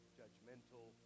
judgmental